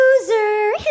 loser